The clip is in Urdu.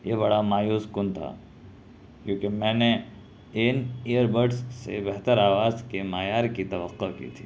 یہ بڑا مایوس کن تھا کیونکہ میں نے ان ایئر بڈس سے بہتر آواز کے معیار کی توقع کی تھی